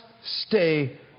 stay